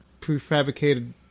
prefabricated